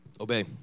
Obey